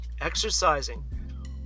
exercising